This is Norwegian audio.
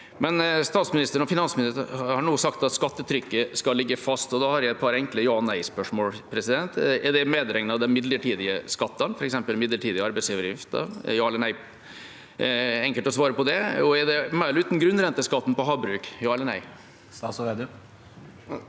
Statsministeren og finansministeren har nå sagt at skattetrykket skal ligge fast, og da har jeg et par enkle ja/ nei-spørsmål: Er det medregnet de midlertidige skattene, f.eks. den midlertidige arbeidsgiveravgiften? Ja eller nei? Det er enkelt å svare på det. Og er det med eller uten grunnrenteskatten på havbruk? Ja eller nei?